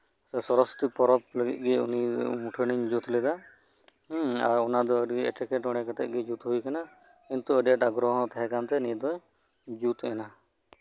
ᱥᱮ ᱥᱚᱨᱚᱥᱚᱛᱤ ᱯᱚᱨᱚᱵᱽ ᱞᱟᱹᱜᱤᱫ ᱜᱮ ᱩᱱᱤ ᱢᱩᱴᱷᱟᱹᱢᱱᱤᱧ ᱡᱩᱛ ᱞᱮᱫᱟ ᱟᱨ ᱚᱱᱟ ᱫᱚ ᱟᱹᱰᱤ ᱮᱴᱠᱮᱴᱚᱬᱮ ᱠᱟᱛᱮ ᱜᱮ ᱡᱩᱛ ᱦᱳᱭ ᱟᱠᱟᱱᱟ ᱠᱤᱱᱛᱩ ᱟᱰᱤ ᱟᱸᱴ ᱟᱜᱽᱜᱨᱚᱦᱚᱸ ᱛᱟᱦᱮᱸ ᱠᱟᱱ ᱛᱮ ᱱᱤᱭᱟᱹ ᱫᱚ ᱡᱩᱛ ᱮᱱᱟ